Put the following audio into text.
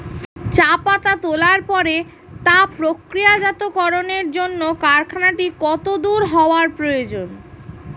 চা পাতা তোলার পরে তা প্রক্রিয়াজাতকরণের জন্য কারখানাটি কত দূর হওয়ার প্রয়োজন?